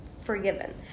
forgiven